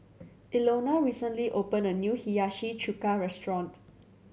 Ilona recently opened a new Hiyashi Chuka restaurant